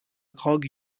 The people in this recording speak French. grotte